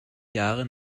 jahre